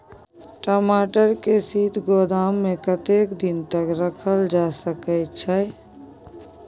टमाटर के शीत गोदाम में कतेक दिन तक रखल जा सकय छैय?